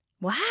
Wow